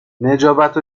نجابت